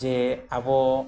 ᱡᱮ ᱟᱵᱚ